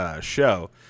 show